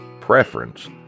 preference